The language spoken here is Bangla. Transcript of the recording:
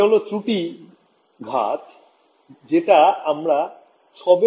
এটা হল ত্রুটির ঘাত যেটা আমরা সবের শুরুতে সসীম অন্তরে করেছি